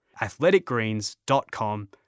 athleticgreens.com